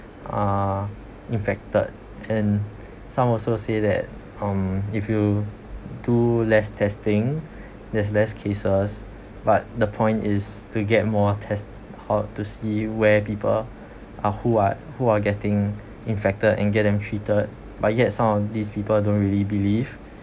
uh infected and some also say that um if you do less testing there's less cases but the point is to get more test~ or to see where people are who are who are getting infected and get them treated but yet some of these people don't really believe